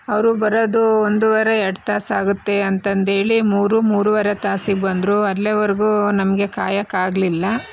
ಅವರು ಬರೋದು ಒಂದೂವರೆ ಎರಡು ತಾಸು ಆಗುತ್ತೆ ಅಂತಂದೇಳಿ ಮೂರು ಮೂರುವರೆ ತಾಸಿಗೆ ಬಂದರು ಅಲ್ಲಿವರ್ಗೂ ನಮಗೆ ಕಾಯೋಕ್ಕೆ ಆಗ್ಲಿಲ್ಲ